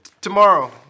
tomorrow